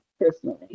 personally